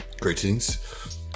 Greetings